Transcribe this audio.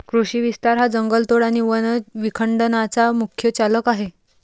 कृषी विस्तार हा जंगलतोड आणि वन विखंडनाचा मुख्य चालक आहे